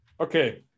Okay